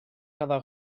cada